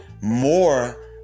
more